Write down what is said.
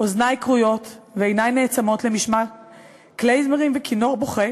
אוזני כרויות ועיני נעצמות למשמע כלייזמרים וכינור בוכה,